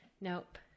Nope